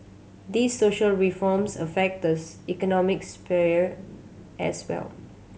these social reforms affect economics sphere as well